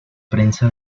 prensa